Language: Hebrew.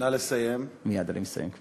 נא לסיים.